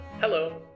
Hello